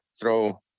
throw